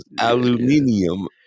Aluminium